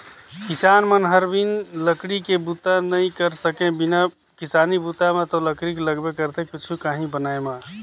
किसान मन हर बिन लकरी के बूता नइ कर सके किसानी बूता म तो लकरी लगबे करथे कुछु काही बनाय म